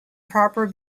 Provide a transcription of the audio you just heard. proper